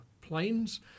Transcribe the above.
planes